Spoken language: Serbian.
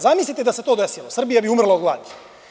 Zamislite da se to desilo, Srbija bi umrla od glasi.